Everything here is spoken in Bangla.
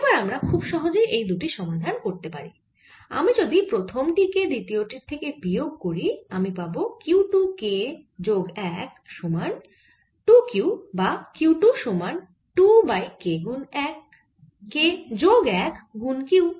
এবার আমরা খুব সহজেই এই দুটির সমাধান করতে পারি আমি যদি প্রথম টি কে দ্বিতীয় টির থেকে বিয়োগ করি আমি পাবো q 2 k যোগ 1 সমান 2 q বা q 2 সমান 2 বাই k যোগ 1 গুন q